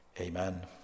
Amen